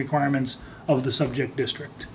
requirements of the subject district